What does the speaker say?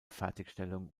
fertigstellung